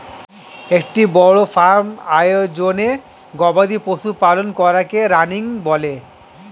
একটা বড় ফার্ম আয়োজনে গবাদি পশু পালন করাকে রানিং বলে